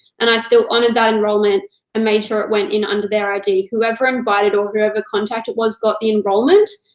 and i still honored that ah enrollment and made sure it went in under their id. whoever invited or whoever contact it was got the enrollment,